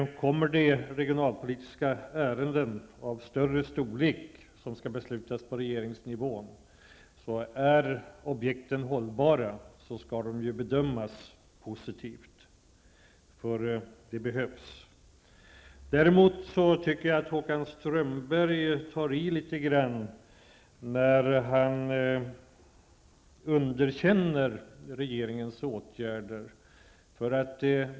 Kommer det regionalpolitiska ärenden av större storlek som skall beslutas på regeringsnivå och är objekten hållbara, skall de bedömas positivt. Det behövs. Däremot anser jag att Håkan Strömberg tar i litet grand när han underkänner regeringens åtgärder.